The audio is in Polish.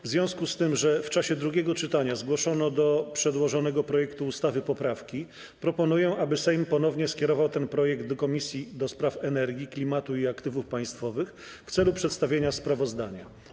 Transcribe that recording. W związku z tym, że w czasie drugiego czytania zgłoszono do przedłożonego projektu ustawy poprawki, proponuję, aby Sejm ponownie skierował ten projekt do Komisji do Spraw Energii, Klimatu i Aktywów Państwowych w celu przedstawienia sprawozdania.